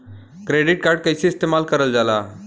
Credit card कईसे इस्तेमाल करल जाला?